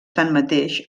tanmateix